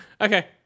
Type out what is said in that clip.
okay